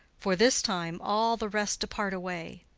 for this time all the rest depart away.